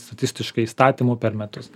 statistiškai įstatymų per metus